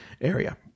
area